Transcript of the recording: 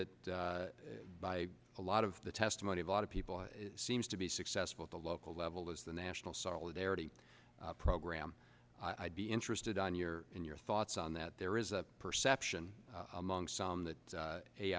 that by a lot of the testimony of a lot of people seems to be successful at the local level as the national solidarity program i'd be interested on your in your thoughts on that there is a perception among some that